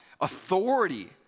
authority